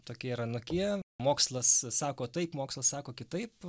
tokie ir anokie mokslas sako taip mokslas sako kitaip